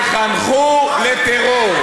זה תחנכו לטרור.